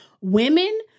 Women